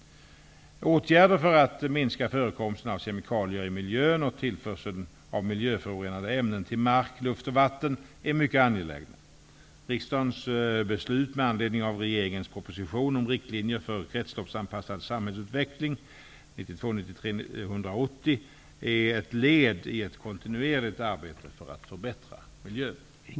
Åtgärder för att minska förekomsten av kemikalier i miljön och tillförseln av miljöförorenande ämnen till mark, luft och vatten är mycket angelägna. Riksdagens beslut med anledning av regeringens proposition om riktlinjer för en kretsloppsanpassad samhällsutveckling är ett led i ett kontinuerligt arbete för att förbättra miljön.